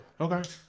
Okay